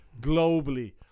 globally